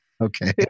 Okay